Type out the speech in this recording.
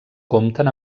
compten